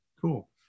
Cool